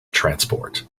transport